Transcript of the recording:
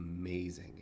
amazing